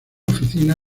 oficina